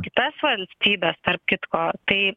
kitas valstybestarp kitko tai